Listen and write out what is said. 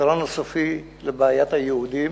"הפתרון הסופי לבעיית היהודים".